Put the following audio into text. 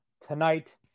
tonight